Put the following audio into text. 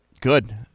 Good